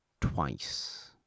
twice